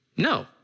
No